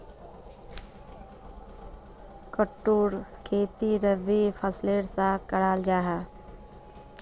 कुट्टूर खेती रबी फसलेर सा कराल जाहा